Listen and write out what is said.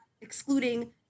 excluding